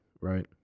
right